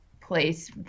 place